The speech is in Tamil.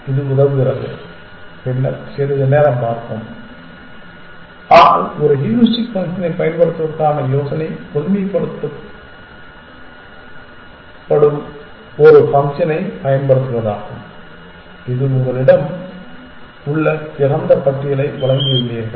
இது உதவுகிறது பின்னர் சிறிது நேரம் பார்ப்போம் ஆனால் ஒரு ஹூரிஸ்டிக் ஃபங்க்ஷனைப் பயன்படுத்துவதற்கான யோசனையை பொதுமைப்படுத்தும் ஒரு ஃபங்க்ஷனைப் பயன்படுத்துவதாகும் இது உங்களிடம் உள்ள திறந்த பட்டியலை வழங்கியுள்ளீர்கள்